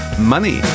Money